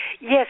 Yes